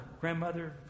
grandmother